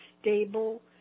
stable